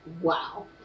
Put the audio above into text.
Wow